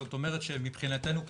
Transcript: זאת אומרת שמבחינתנו כמשרד,